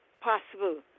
possible